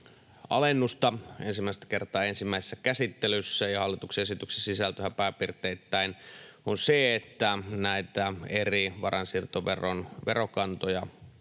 alennusta ensimmäistä kertaa ensimmäisessä käsittelyssä. Hallituksen esityksen sisältöhän pääpiirteittäin on se, että näitä eri varainsiirtoveron verokantoja